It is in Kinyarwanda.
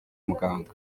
muganga